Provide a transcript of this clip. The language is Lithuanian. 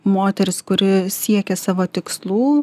moteris kuri siekia savo tikslų